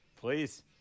please